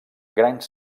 grans